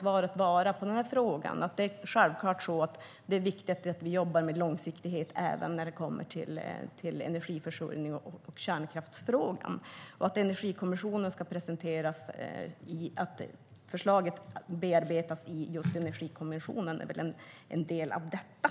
Därför torde svaret på denna fråga vara att det självklart är viktigt att vi jobbar med långsiktighet även när det kommer till energiförsörjning och kärnkraftsfrågan. Att förslaget bearbetas i just Energikommissionen är en del av detta.